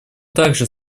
также